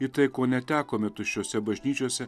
į tai ko netekome tuščiose bažnyčiose